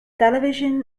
television